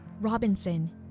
Robinson